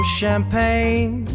champagne